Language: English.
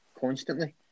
constantly